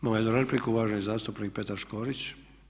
Imamo jednu repliku, uvaženi zastupnik Petar Škorić.